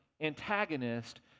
antagonist